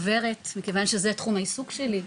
מכיוון שזה תחום העיסוק שלי,